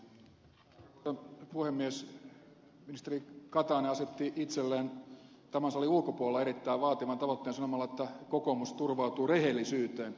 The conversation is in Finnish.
ministeri katainen asetti itselleen tämän salin ulkopuolella erittäin vaativan tavoitteen sanomalla että kokoomus turvautuu rehellisyyteen